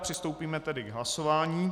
Přistoupíme tedy k hlasování.